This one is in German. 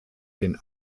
den